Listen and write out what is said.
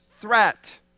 threat